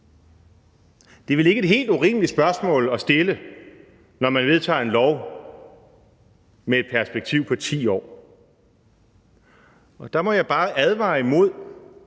Det er vel ikke et helt urimeligt spørgsmål at stille, når man vedtager en lov med et perspektiv på 10 år, og der må jeg bare advare imod